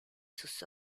sus